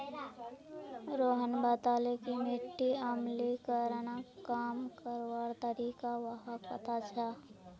रोहन बताले कि मिट्टीत अम्लीकरणक कम करवार तरीका व्हाक पता छअ